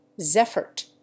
Zeffert